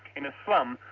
in a slum,